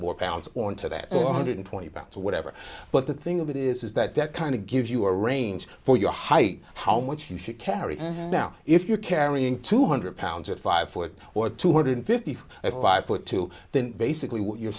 pounds on to that one hundred twenty pounds or whatever but the thing of it is that that kind of gives you a range for your height how much you should carry and now if you're carrying two hundred pounds at five foot or two hundred fifty five foot two then basically what you're